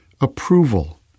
approval